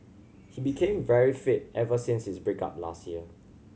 he became very fit ever since his break up last year